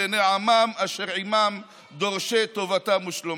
// בני עמם / אשר עימם / דורשי טובתם ושלומם.